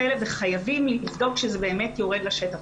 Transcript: אם היא כבר הגיעה לאפליקציה הזאת,